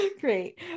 Great